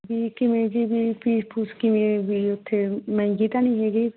ਵੀ ਕਿਵੇਂ ਜਿਵੇਂ ਫੀਸ ਫੂਸ ਕਿਵੇਂ ਹੈ ਵੀ ਉੱਥੇ ਮਹਿੰਗੀ ਤਾਂ ਨਹੀਂ ਹੈਗੀ ਫੀ